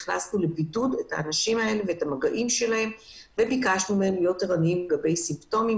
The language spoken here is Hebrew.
הכנסנו אותם לבידוד וביקשנו מהם להיות ערניים לגבי תסמינים.